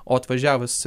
o atvažiavus